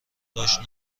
داشت